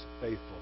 faithful